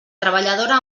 treballadora